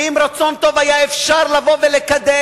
ועם רצון טוב היה אפשר לבוא ולקדם.